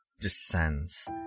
descends